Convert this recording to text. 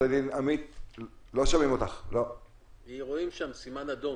שדיבר אתמול אולי ירצה להתייחס אחריי,